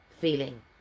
feeling